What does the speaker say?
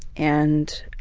and